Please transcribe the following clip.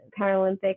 Paralympic